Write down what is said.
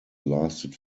lasted